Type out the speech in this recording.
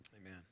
Amen